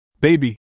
Baby